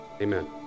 Amen